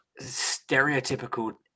stereotypical